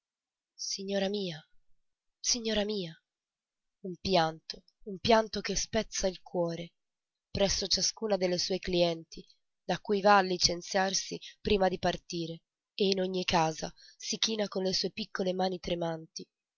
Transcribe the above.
signora mia signora mia un pianto un pianto che spezza il cuore presso ciascuna delle sue clienti da cui va a licenziarsi prima di partire e in ogni casa si china con le piccole mani tremanti